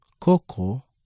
Coco